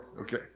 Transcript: Okay